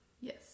Yes